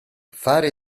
fare